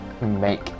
make